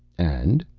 and?